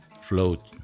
float